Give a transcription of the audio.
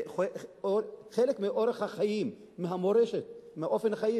זה חלק מאורח החיים, מהמורשת, מאופן החיים.